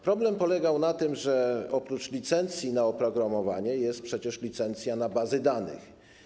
Problem polegał na tym, że oprócz licencji na oprogramowanie jest przecież licencja na bazy danych.